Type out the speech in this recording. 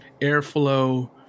airflow